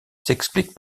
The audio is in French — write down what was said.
s’explique